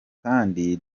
kandi